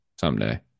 Someday